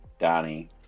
Donnie